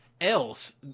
else